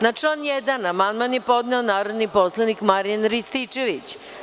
Na član 1. amandman je podneo narodni poslanik Marijan Rističević.